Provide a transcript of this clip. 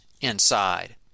inside